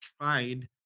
tried